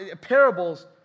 parables